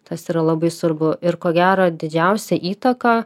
tas yra labai svarbu ir ko gero didžiausią įtaką